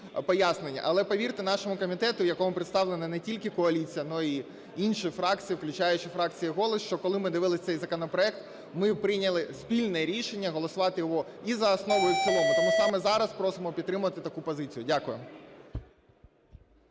але повірте нашому комітету, в якому представлена не тільки коаліція, але і інші фракції, включаючи фракцію "Голос", що, коли ми дивилися цей законопроект, ми прийняли спільне рішення голосувати його і за основу, і в цілому. Тому саме зараз просимо підтримати таку позицію. Дякую.